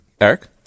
Eric